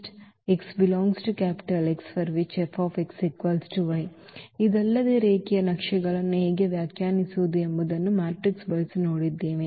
Ker Im ಇದಲ್ಲದೆ ರೇಖೀಯ ನಕ್ಷೆಗಳನ್ನು ಹೇಗೆ ವ್ಯಾಖ್ಯಾನಿಸುವುದು ಎಂಬುದನ್ನು ನಾವು ಮ್ಯಾಟ್ರಿಕ್ಸ್ ಬಳಸಿ ನೋಡಿದ್ದೇವೆ